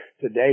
today